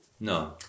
No